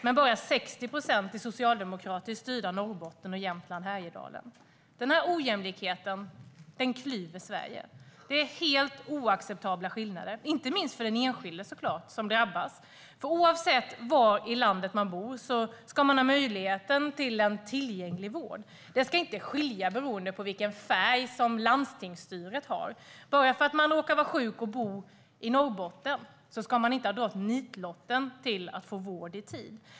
Men bara 60 procent får det i socialdemokratiskt styrda Norrbotten och Region Jämtland Härjedalen. Denna ojämlikhet klyver Sverige. Det är helt oacceptabla skillnader, inte minst för den enskilde som drabbas. Oavsett var i landet man bor ska man ha en tillgänglig vård. Det ska inte skilja beroende på vilken färg som landstingsstyret har. Bara för att man råkar vara sjuk och bo i Norrbotten ska man inte ha dragit nitlotten när det gäller att få vård i tid.